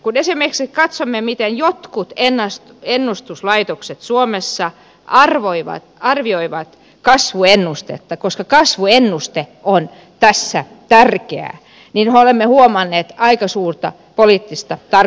kun esimerkiksi katsomme miten jotkut ennustuslaitokset suomessa arvioivat kasvuennustetta koska kasvuennuste on tässä tärkeä niin olemme huomanneet aika suurta poliittista tarkoituksenmukaisuutta